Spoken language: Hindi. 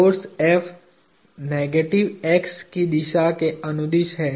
फोर्स F नेगेटिव x की दिशा के अनुदिश है